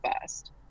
first